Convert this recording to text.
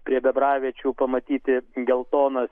prie bebraviečių pamatyti geltonas